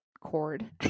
cord